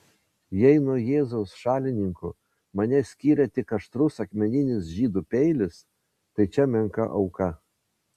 jei nuo jėzaus šalininkų mane skiria tik aštrus akmeninis žydų peilis tai čia menka auka